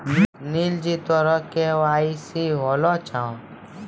नीलम जी तोरो के.वाई.सी होलो छौं?